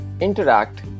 interact